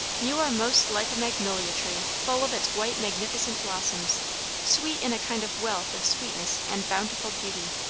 you are most like a magnolia tree, full of its white magnificent blossoms sweet in a kind of wealth of sweetness and bountiful beauty.